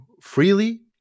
freely